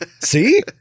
See